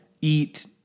eat